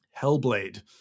Hellblade